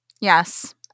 Yes